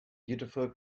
beautiful